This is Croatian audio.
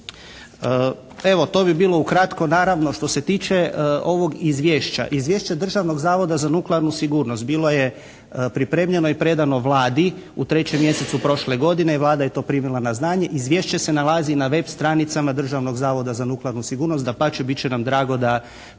Evo, to bi bilo ukratko. Naravno što se tiče ovog izvješća. Izvješće Državnog zavoda za nuklearnu sigurnost bilo je pripremljeno i predano Vladi u 3. mjesecu prošle godine i Vlada je to primila na znanje. Izvješće se nalazi na web stranicama Državnog zavoda za nuklearnu sigurnost. Dapače, bit će nam drago da pogledate